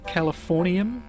Californium